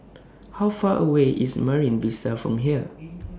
How Far away IS Marine Vista from here